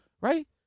right